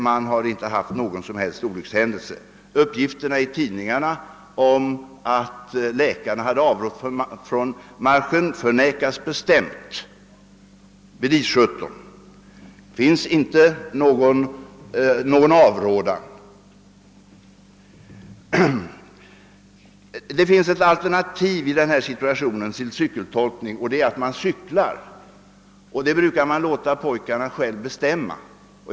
Man har inte haft någon som helst olyckshändelse. Uppgifterna i tidningarna om att läkarna hade avrått från marschen förnekas bestämt vid I 17. Det finns i denna situation ett alternativ till cykeltolkning, nämligen att cykla. Man brukar låta pojkarna själva bestämma.